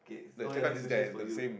okay oh ya next question is for you